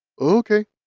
Okay